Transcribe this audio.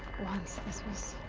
once, this was.